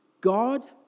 God